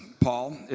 Paul